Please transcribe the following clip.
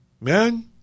Man